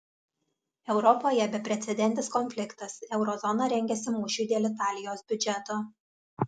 europoje beprecedentis konfliktas euro zona rengiasi mūšiui dėl italijos biudžeto